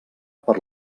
per